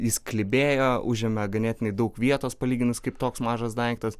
jis klibėjo užėmė ganėtinai daug vietos palyginus kaip toks mažas daiktas